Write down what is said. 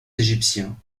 égyptiens